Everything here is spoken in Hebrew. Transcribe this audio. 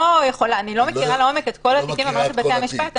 לא מכירה לעומק את כל התיקים במערכת בתי המשפט.